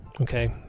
okay